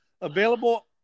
Available